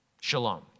Shalom